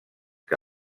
que